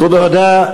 תודה.